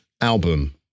album